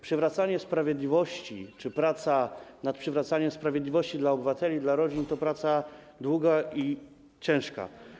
Przywracanie sprawiedliwości czy praca nad przywracaniem sprawiedliwości dla obywateli, dla rodzin jest długa i ciężka.